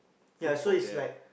ya so is like